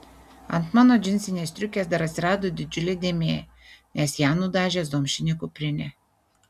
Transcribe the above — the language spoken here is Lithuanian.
ant mano džinsinės striukės dar atsirado didžiulė dėmė nes ją nudažė zomšinė kuprinė